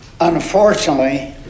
unfortunately